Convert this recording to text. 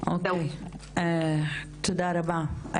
אוקיי, תודה רבה.